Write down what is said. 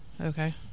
Okay